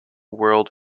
world